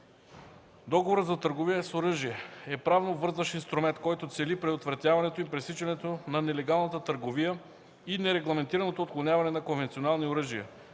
Договорът за търговията с оръжие е правно обвързващ инструмент, който цели предотвратяването и пресичането на нелегалната търговия и нерегламентираното отклоняване на конвенционални оръжия.